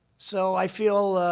so i feel,